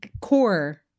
Core